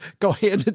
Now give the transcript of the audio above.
go ahead.